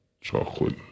chocolate